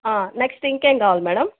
next ఇంకేం కావాల madam